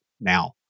now